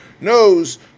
knows